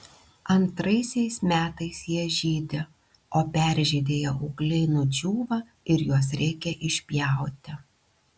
antraisiais metais jie žydi o peržydėję ūgliai nudžiūva ir juos reikia išpjauti